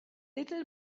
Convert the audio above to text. little